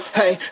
hey